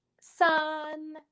sun